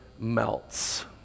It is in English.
melts